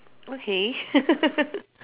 okay